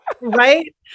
right